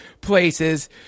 places